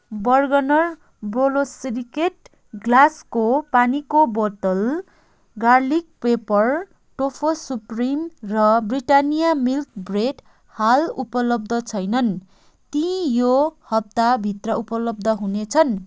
Bergner borosilicate ग्लासको पानीको बोतल गार्लिक पेप्पर तोफू सुप्रीम र ब्रिटानिया मिल्क ब्रेड हाल उपलब्ध छैनन् ती यो हप्ता भित्र उपलब्ध हुनेछन्